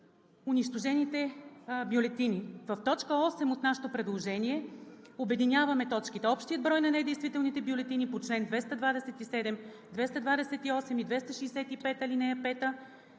унищожените бюлетини. В т. 8 от нашето предложение обединяваме точките: „8. общият брой на недействителните бюлетини по чл. 227, 228 и 265, ал. 5,